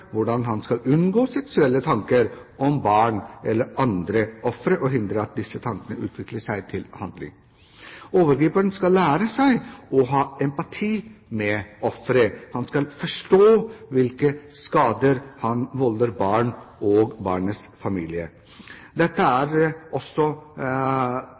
hvordan han skal unngå seksuelle tanker om barn eller andre ofre, og hindre at disse tankene utvikler seg til handling. Overgriperen skal lære seg å ha empati med offeret. Han skal forstå hvilke skader han volder barn og barnets familie. Dette